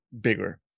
bigger